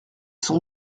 sont